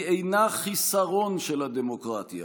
היא אינה חיסרון של הדמוקרטיה,